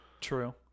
True